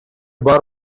бар